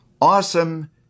awesome